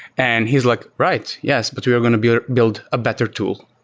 and he's like, right. yes. but we're going to build build a better tool.